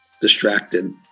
distracted